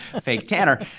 fake tanner.